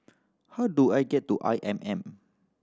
how do I get to I M M